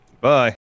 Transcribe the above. Bye